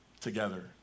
together